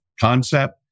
concept